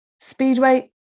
Speedway